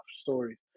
story